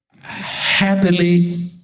happily